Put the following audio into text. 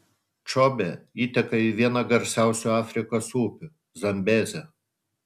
čobė įteka į vieną garsiausių afrikos upių zambezę